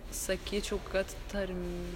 sakyčiau kad tarmi